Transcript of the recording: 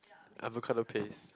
avocado paste